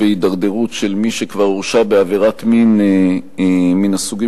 שבהידרדרות של מי שכבר הורשע בעבירת מין מן הסוגים